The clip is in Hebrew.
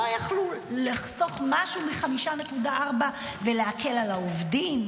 לא יכלו לחסוך משהו מ-5.4 ולהקל על העובדים?